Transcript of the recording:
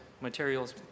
materials